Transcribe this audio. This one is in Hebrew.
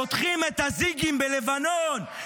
פותחים את הזיגים בלבנון,